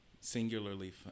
singularly